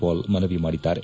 ಪಾಲ್ ಮನವಿ ಮಾಡಿದ್ದಾರೆ